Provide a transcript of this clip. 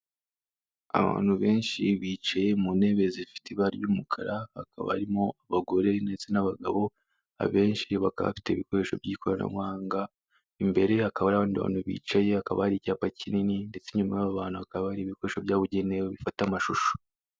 Abantu benshi bicaye mu ntebe zifite ibara ry'umukara, hakaba harimo abagore ndetse n'abagabo, abenshi bakaba bafite ibikoresho by'ikoranabuhanga, imbere hakaba hariho abandi bantu bicaye, hakaba hari icyapa kinini ndetse inyuma y'abo bantu hakaba hari ibikoresho byabugenewe bifata amashusho.